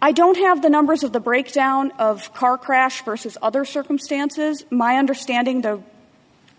i don't have the numbers of the breakdown of car crash versus other circumstances my understanding the